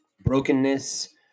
brokenness